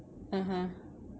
(uh huh)